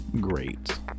great